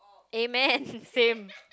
amen same